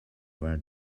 were